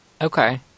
Okay